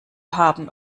haben